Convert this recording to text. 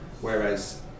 whereas